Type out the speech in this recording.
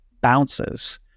bounces